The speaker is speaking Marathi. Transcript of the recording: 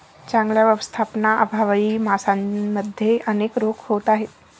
चांगल्या व्यवस्थापनाअभावी माशांमध्ये अनेक रोग होत आहेत